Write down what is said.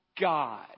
God